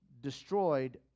destroyed